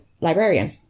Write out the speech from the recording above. librarian